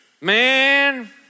Man